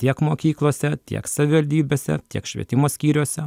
tiek mokyklose tiek savivaldybėse tiek švietimo skyriuose